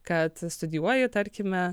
kad studijuoji tarkime